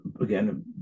again